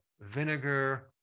vinegar